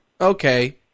Okay